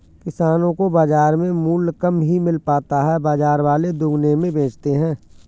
किसानो को बाजार में मूल्य कम ही मिल पाता है बाजार वाले दुगुने में बेचते है